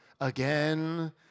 Again